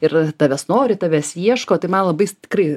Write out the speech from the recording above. ir tavęs nori tavęs ieško tai man labai s tikrai